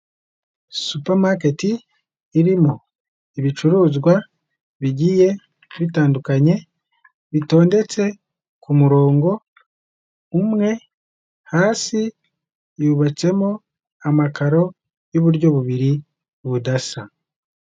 Supamaketi irimo ibicuruzwa bigiye bitandukanye, bitondetse ku murongo umwe, hasi yubatsemo amakaro y'uburyo bubiri budasa.